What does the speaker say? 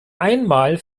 einmal